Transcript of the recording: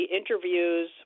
interviews